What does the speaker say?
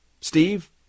Steve